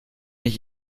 ich